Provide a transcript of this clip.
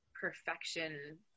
perfection